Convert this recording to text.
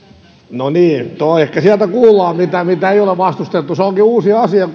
no niin ehkä sieltä kuullaan mitä ei ole vastustettu se onkin uusi asia